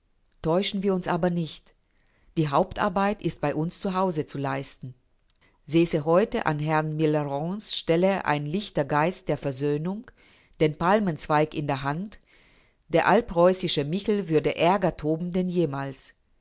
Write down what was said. täuschen wir uns aber nicht die hauptarbeit ist bei uns zu hause zu leisten säße heute an herrn millerands stelle ein lichter geist der versöhnung den palmenzweig in der hand der allpreußische michel würde ärger toben denn jemals